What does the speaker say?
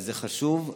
וזה חשוב.